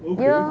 okay